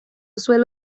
suelo